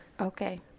okay